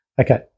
okay